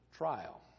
trial